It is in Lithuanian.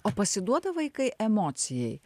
o pasiduoda vaikai emocijai